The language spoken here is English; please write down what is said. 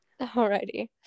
Alrighty